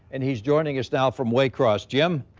and he's joining us now from waycross gm.